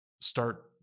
start